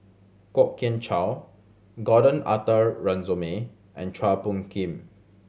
Kwok Kian Chow Gordon Arthur Ransome and Chua Phung Kim